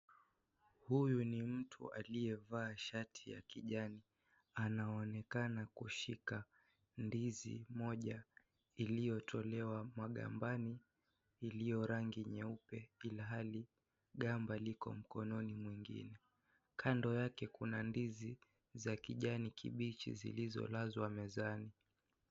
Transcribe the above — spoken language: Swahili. Huyu ni mtu aliyevaa shati ya kijani, anaonekana kushika ndizi moja iliyotolewa magambani, iliyo rangi nyeupe, ilhali gamba liko mkononi mwingine. Kando yake kuna ndizi za kijani kibichi zilizolazwa mezani.